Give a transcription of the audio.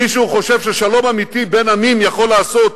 מישהו חושב ששלום אמיתי בין עמים יכול להיעשות